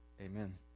Amen